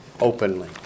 openly